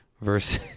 versus